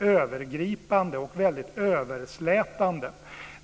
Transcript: övergripande och överslätande.